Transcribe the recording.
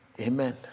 Amen